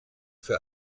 für